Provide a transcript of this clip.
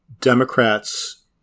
Democrats